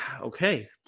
okay